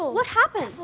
what happened?